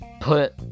put